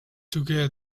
together